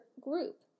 group